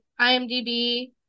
IMDb